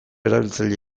erabiltzaile